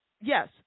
Yes